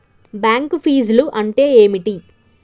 Bank ఫీజ్లు అంటే ఏమిటి?